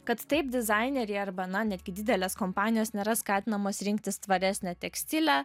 kad taip dizaineriai arba na netgi didelės kompanijos nėra skatinamos rinktis tvaresnę tekstilę